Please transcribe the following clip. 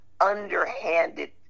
underhanded